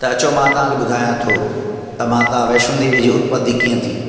त अचो मां तव्हां खे ॿुधायां थो त माता वैष्णो देवी जी उत्पत्ति कीअं थी